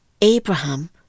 Abraham